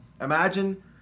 imagine